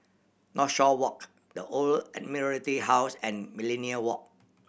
Northshore Walk The Old Admiralty House and Millenia Walk